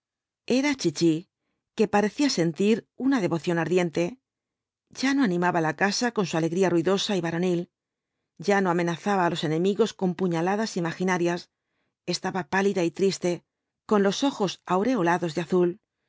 era chichi que parecía sentir una devoción ardiente ya no animaba la casa con su alegría ruidosa y varonil ya no amenazaba á los enemigos con puñaladas imaginarias estaba pálida triste con los ojos aureolados de azul